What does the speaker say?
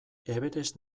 everest